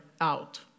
out